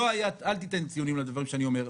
אל תיתן ציונים לדברים שאני אומר.